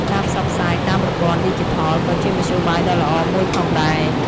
ការផ្សព្វផ្សាយតាមប្រព័ន្ធឌីជីថលក៏ជាមធ្យោបាយដ៏ល្អមួយផងដែរ។